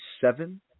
seven